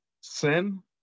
sin